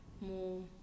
more